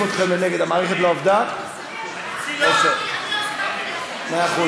אני קובע שהצעת החוק עברה, ותועבר להמשך דיון